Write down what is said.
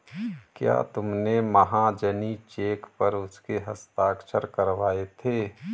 क्या तुमने महाजनी चेक पर उसके हस्ताक्षर करवाए थे?